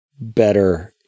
better